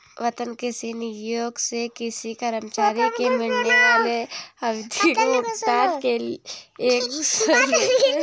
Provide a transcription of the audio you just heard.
वेतन किसी नियोक्ता से किसी कर्मचारी को मिलने वाले आवधिक भुगतान का एक स्वरूप है